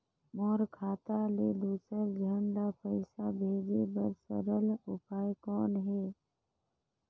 मोर खाता ले दुसर झन ल पईसा भेजे बर सरल उपाय कौन हे?